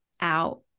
out